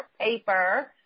paper